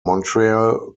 montreal